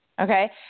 Okay